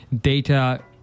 data